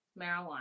marijuana